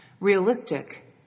realistic